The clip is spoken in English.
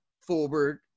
forward